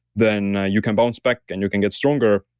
then you can bounce back and you can get stronger.